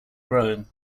growing